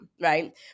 right